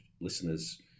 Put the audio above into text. listeners